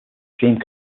extreme